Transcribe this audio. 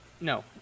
No